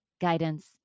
guidance